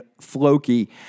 Floki